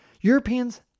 Europeans